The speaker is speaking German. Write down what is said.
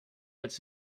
als